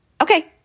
Okay